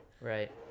right